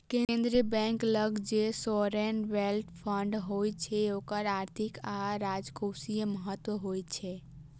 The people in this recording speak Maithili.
केंद्रीय बैंक लग जे सॉवरेन वेल्थ फंड होइ छै ओकर आर्थिक आ राजकोषीय महत्व होइ छै